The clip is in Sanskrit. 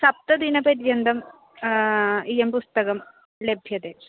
सप्तदिनपर्यन्तम् इदं पुस्तकं लभ्यते